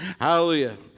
Hallelujah